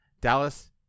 Dallas